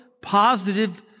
positive